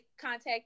contact